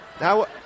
Now